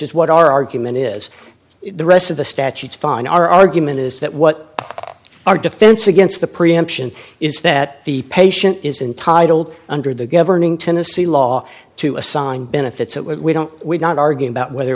is what our argument is the rest of the statutes fine our argument is that what our defense against the preemption is that the patient is entitle under the governing tennessee law to assign benefits that we don't we're not arguing about whether